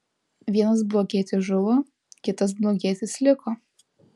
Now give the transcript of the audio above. vienas blogietis žuvo kitas blogietis liko